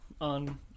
on